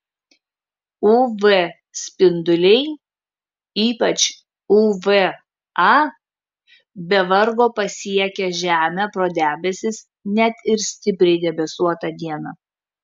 uv spinduliai ypač uv a be vargo pasiekia žemę pro debesis net ir stipriai debesuotą dieną